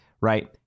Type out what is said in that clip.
right